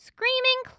Screaming